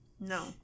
No